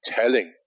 telling